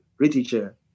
literature